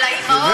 והאימהות,